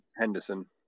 Henderson